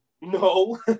no